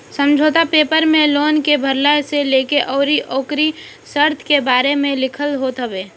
समझौता पेपर में लोन के भरला से लेके अउरी ओकरी शर्त के बारे में लिखल होत हवे